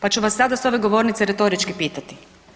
Pa ću vas sada s ove govornice retorički pitati.